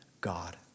God